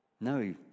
No